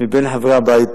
מבין חברי הבית פה,